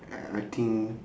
I think